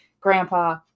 grandpa